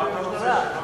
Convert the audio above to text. מהמשטרה.